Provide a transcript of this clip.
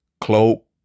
cloak